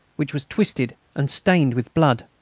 which was twisted and stained with blood.